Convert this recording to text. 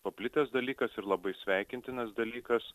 paplitęs dalykas ir labai sveikintinas dalykas